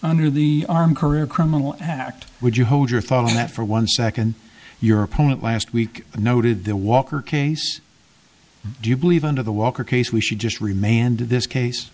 under the arm career criminal act would you hold your thought on that for one second your opponent last week noted the walker case do you believe under the walker case we should just remain and in this case